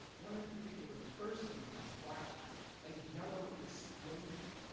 one in particular bursting with splashes a yellow explosion.